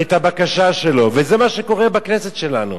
את הבקשה שלו, וזה מה שקורה בכנסת שלנו.